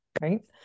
right